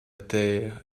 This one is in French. terre